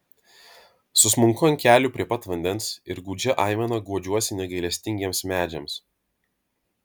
susmunku ant kelių prie pat vandens ir gūdžia aimana guodžiuosi negailestingiems medžiams